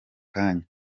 kanya